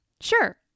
Sure